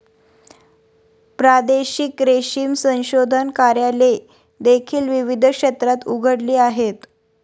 प्रादेशिक रेशीम संशोधन कार्यालये देखील विविध क्षेत्रात उघडली आहेत